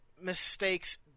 mistakes